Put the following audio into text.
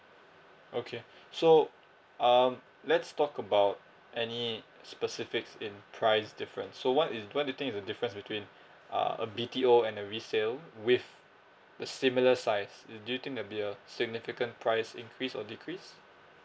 okay so um let's talk about any specifics in price difference so what is what do you think is the difference between uh a B_T_O and a resale with the similar size do you think that'll be a significant price increase or decrease